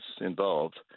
involved